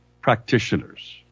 practitioners